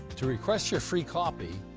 to request your free copy,